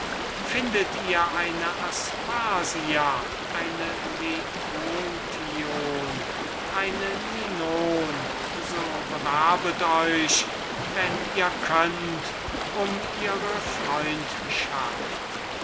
an findet ihr eine aspasia eine leontium eine ninon so bewerbet euch um ihre gunst und wenn ihr könnt um ihre freundschaft